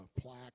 plaque